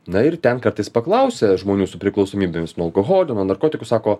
na ir ten kartais paklausia žmonių su priklausomybėmis nuo alkoholio narkotikų sako